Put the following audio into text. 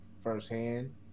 firsthand